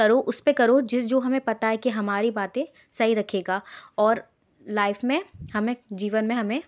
करो उसे पे करो जिस जो हमें पता है कि हमारी बातें सही रखेगा और लाइफ में हमें जीवन में हमें